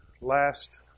last